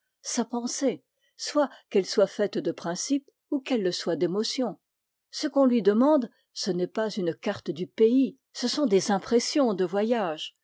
sa pensée soit qu'elle soit faite de principes ou qu'elle le soit d'émotions ce qu'on lui demande ce n'est pas une carte du pays ce sont des impressions de voyage